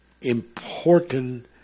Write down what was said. important